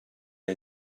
are